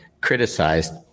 criticized